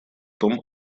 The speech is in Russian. том